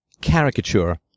caricature